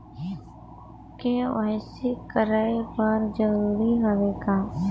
KYC कराय बर जरूरी हवे का?